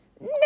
No